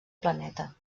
planeta